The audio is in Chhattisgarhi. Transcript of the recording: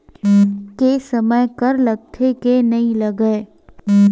के समय कर लगथे के नइ लगय?